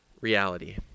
reality